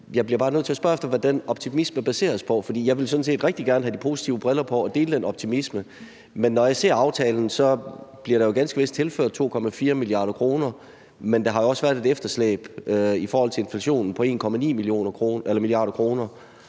Jeg bliver bare nødt til at spørge om, hvad den optimisme baseres på, for jeg ville sådan set rigtig gerne have de positive briller på og dele den optimisme; men når jeg ser aftalen, fremgår det, at der ganske vist bliver tilført 2,4 mia. kr., men der har jo også været et efterslæb i forhold til inflationen på 1,9 mia. kr.